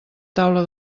taula